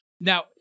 Now